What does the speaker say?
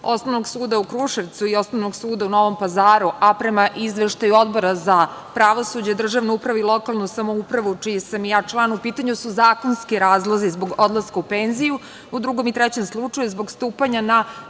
Osnovnog suda u Kruševcu i Osnovnog suda u Novom Pazaru, a prema Izveštaju Odbora za pravosuđe, državnu upravu i lokalnu samoupravu čiji sam i ja član u pitanju su zakonski razlozi, zbog odlaska u penziju, u drugom i trećem slučaju zbog stupanja na